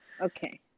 Okay